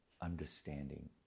understanding